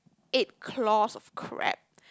eight claws of crab